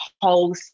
whole